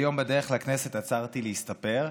היום בדרך לכנסת עצרתי להסתפר,